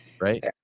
Right